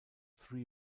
three